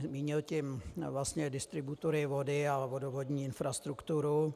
Mínil tím vlastně distributory vody a vodovodní infrastrukturu.